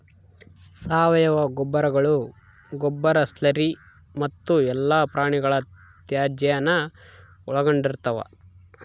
ಸಾವಯವ ಗೊಬ್ಬರಗಳು ಗೊಬ್ಬರ ಸ್ಲರಿ ಮತ್ತು ಎಲ್ಲಾ ಪ್ರಾಣಿಗಳ ತ್ಯಾಜ್ಯಾನ ಒಳಗೊಂಡಿರ್ತವ